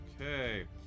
Okay